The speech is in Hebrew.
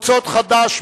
קבוצות חד"ש,